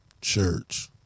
Church